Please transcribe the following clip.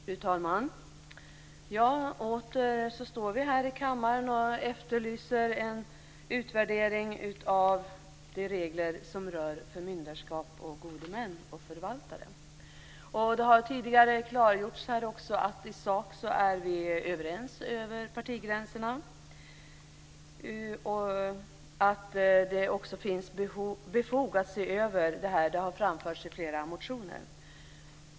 Fru talman! Åter står vi här i kammaren och efterlyser en utvärdering av de regler som rör förmyndarskap, gode män och förvaltare. Det har tidigare klargjorts att i sak är vi överens över partigränserna. Att det finns fog att se över detta har framförts i flera motioner.